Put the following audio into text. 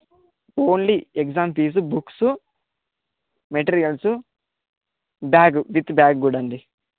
only exam fee books materials bag with bag కూడా అండి